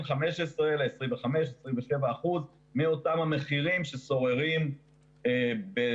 15 ל-25-27 אחוזים מאותם המחירים ששוררים בשוק הסיטונאי.